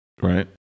Right